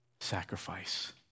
sacrifice